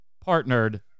partnered